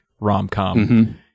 rom-com